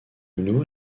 nouveau